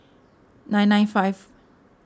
nine nine five